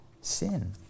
sin